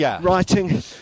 writing